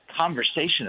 conversation